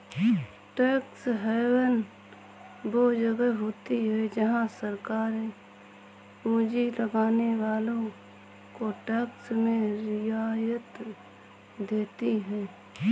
tax haven वो जगह होती हैं जहाँ सरकारे पूँजी लगाने वालो को टैक्स में रियायत देती हैं